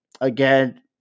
again